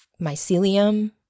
mycelium